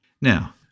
Now